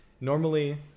normally